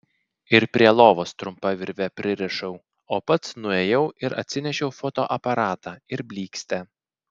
ir prie lovos trumpa virve pririšau o pats nuėjau ir atsinešiau fotoaparatą ir blykstę